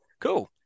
Cool